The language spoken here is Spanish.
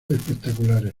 espectaculares